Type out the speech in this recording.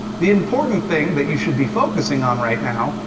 the important thing, that you should be focusing on right now,